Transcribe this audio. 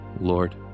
Lord